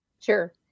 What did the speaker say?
Sure